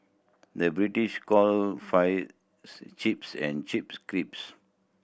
the British call fries chips and chips creeps